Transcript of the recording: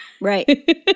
Right